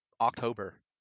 October